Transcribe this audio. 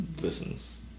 listens